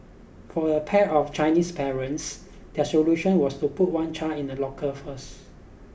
for a pair of Chinese parents their solution was to put one child in a locker first